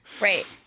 right